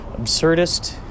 absurdist